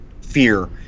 fear